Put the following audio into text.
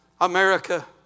America